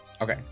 Okay